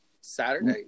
Saturday